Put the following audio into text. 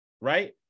right